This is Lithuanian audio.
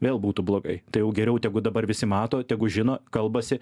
vėl būtų blogai tai jau geriau tegu dabar visi mato tegu žino kalbasi